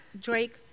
Drake